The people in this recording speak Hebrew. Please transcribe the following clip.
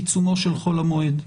בעיצומו של חול המועד.